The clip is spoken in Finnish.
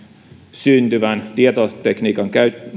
syntyvän